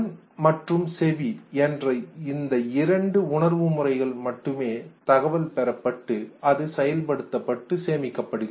கண் மற்றும் செவி என்ற இந்த இரண்டு உணர்வு முறைகள் மூலமே தகவல் பெறப்பட்டு அது செயல்படுத்தப்பட்டு சேமிக்கப்படுகின்றன